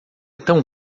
tão